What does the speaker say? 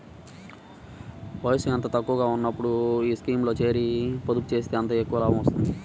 వయసు ఎంత తక్కువగా ఉన్నప్పుడు ఈ స్కీమ్లో చేరి, పొదుపు చేస్తే అంత ఎక్కువ లాభం వస్తుంది